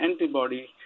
antibody